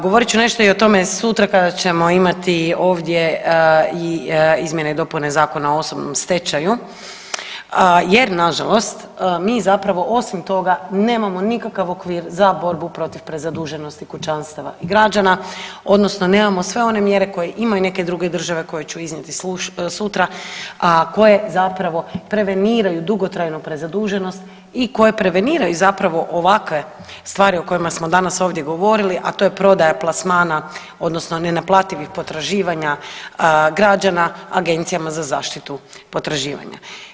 Govorit ću nešto i o tome sutra kada ćemo imati ovdje i izmjene i dopune Zakona o osobnom stečaju, jer na žalost mi zapravo osim toga nemamo nikakav okvir za borbu protiv prezaduženosti kućanstava i građana, odnosno nemamo sve one mjere koje imaju neke druge države koje ću iznijeti sutra a koje zapravo preveniraju dugotrajnu prezaduženost i koje preveniraju zapravo ovakve stvari o kojima smo danas ovdje govorili, a to je prodaja plasmana odnosno nenaplativih potraživanja građana Agencijama za zaštitu potraživanja.